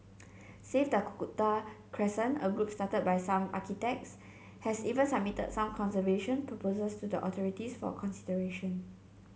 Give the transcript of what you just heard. save Dakota Crescent a group started by some architects has even submitted some conservation proposals to the authorities for consideration